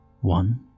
One